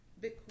Bitcoin